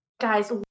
Guys